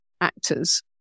actors